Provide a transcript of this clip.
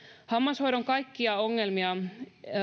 hammashoidon kaikkia ongelmia